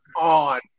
on